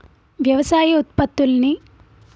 వ్యవసాయ ఉత్పత్తుల్ని